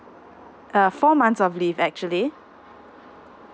uh four months of leave actually